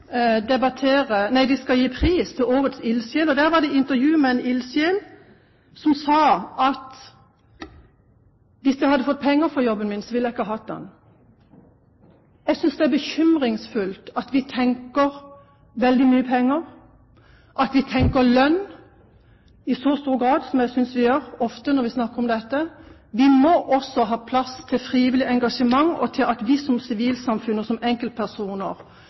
gi pris til årets ildsjel – som sier at hvis han hadde fått penger for jobben sin, ville han ikke hatt den. Jeg synes det er bekymringsfullt at vi tenker veldig mye penger, at vi tenker lønn i så stor grad som jeg synes vi ofte gjør når vi snakker om dette. Vi må også ha plass til frivillig engasjement og til at vi som sivilsamfunn og enkeltpersoner